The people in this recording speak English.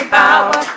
power